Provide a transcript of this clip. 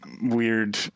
weird